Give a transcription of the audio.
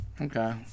Okay